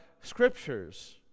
scriptures